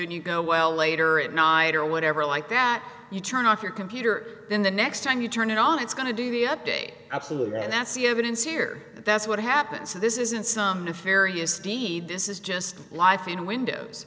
and you go while later at night or whatever like that you turn off your computer then the next time you turn it on it's going to do the update absolutely and that's the evidence here that's what happened so this isn't some nefarious deeds this is just life and windows